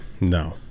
no